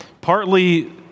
Partly